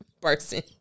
person